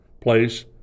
place